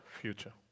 future